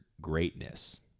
greatness